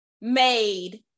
made